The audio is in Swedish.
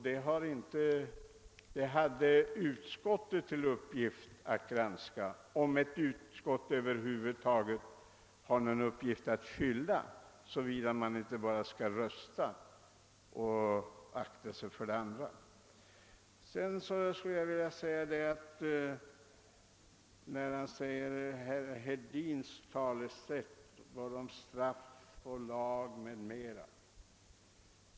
Den saken hade utskottet till uppgift att granska — om ett utskott nu skall fylla någon annan uppgift än att bara rösta och akta sig för allting annat. Herr Hedin talar om straff och lag m.m.